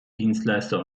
dienstleister